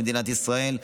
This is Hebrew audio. במדינת ישראל.